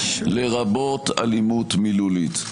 לרבות אלימות מילולית.